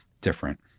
different